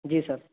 جی سر